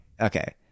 Okay